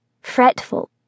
fretful